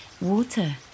water